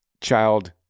child